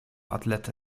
atletę